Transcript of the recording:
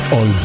on